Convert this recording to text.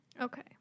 Okay